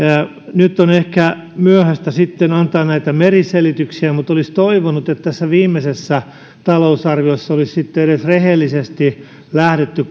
nyt on ehkä myöhäistä sitten antaa näitä meriselityksiä mutta olisi toivonut että tässä viimeisessä talousarviossa olisi sitten edes rehellisesti lähdetty